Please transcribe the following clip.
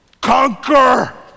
Conquer